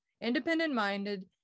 independent-minded